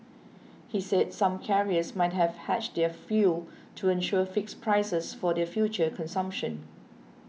he said some carriers might have hedged their fuel to ensure fixed prices for their future consumption